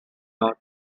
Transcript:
north